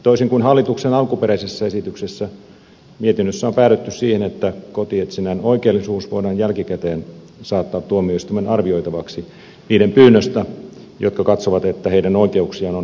toisin kuin hallituksen alkuperäisessä esityksessä mietinnössä on päädytty siihen että kotietsinnän oikeellisuus voidaan jälkikäteen saattaa tuomioistuimen arvioitavaksi niiden pyynnöstä jotka katsovat että heidän oikeuksiaan on perusteettomasti loukattu